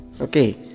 Okay